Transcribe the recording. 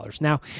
Now